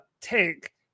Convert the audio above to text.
take